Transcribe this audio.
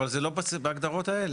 אבל זה לא בהגדרות האלה.